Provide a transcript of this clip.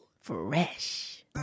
fresh